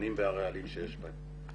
השמנים והרעלים שיש בהם.